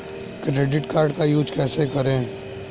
Credit card का use कैसे करें?